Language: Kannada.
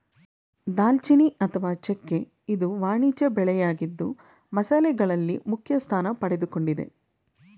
ದಾಲ್ಚಿನ್ನಿ ಅಥವಾ ಚೆಕ್ಕೆ ಇದು ವಾಣಿಜ್ಯ ಬೆಳೆಯಾಗಿದ್ದು ಮಸಾಲೆಗಳಲ್ಲಿ ಮುಖ್ಯಸ್ಥಾನ ಪಡೆದುಕೊಂಡಿದೆ